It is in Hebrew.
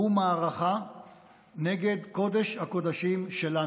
הוא מערכה נגד קודש-הקודשים שלנו,